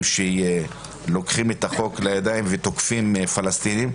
שלוקחים את החוק לידיים ותוקפים פלסטינים,